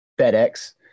fedex